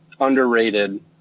underrated